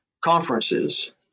conferences